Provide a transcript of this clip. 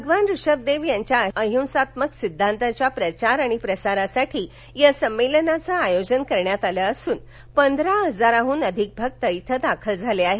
भगवान ऋषभ देव यांच्या अहिंसात्मक सिद्धांतांच्या प्रचार आणि प्रसारासाठी या संमेलनाचे आयोजन करण्यात आले असून पंधरा हजारहून अधिक भक्त इथं दाखल झाले आहेत